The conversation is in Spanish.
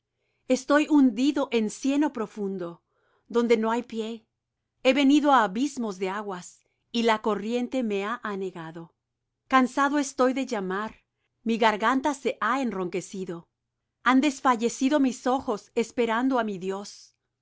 estoy hundido en cieno profundo donde no hay pie he venido á abismos de aguas y la corriente me ha anegado cansado estoy de llamar mi garganta se ha enronquecido han desfallecido mis ojos esperando á mi dios